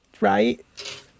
right